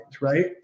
right